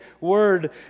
word